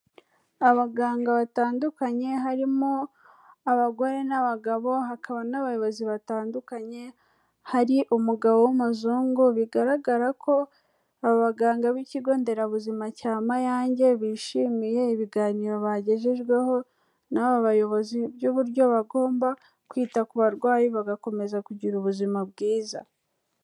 Abaganga batandukanye harimo abagore n'abagabo hakaba n'abayobozi batandukanye, hari umugabo w'umuzungu bigaragara ko aba baganga b'Ikigo nderabuzima cya Mayange bishimiye ibiganiro bagejejweho n'aba bayobozi by'uburyo bagomba kwita ku barwayi bagakomeza kugira ubuzima bwiza.